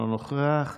אינו נוכח.